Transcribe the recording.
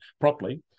properly